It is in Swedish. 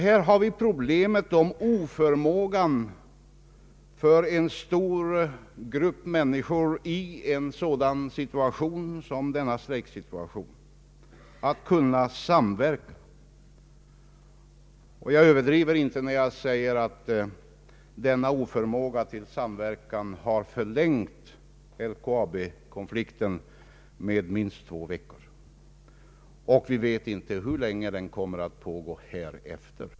Här har vi problemet om oförmågan för en stor grupp människor att samverka i en sådan situation som denna strejk innebär. Jag överdriver inte när jag säger att denna oförmåga till samverkan har förlängt LKAB-konflikten med minst två veckor. Nu vet vi inte hur länge den kommer att pågå.